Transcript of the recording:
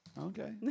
Okay